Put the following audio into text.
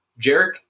Jarek